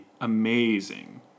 amazing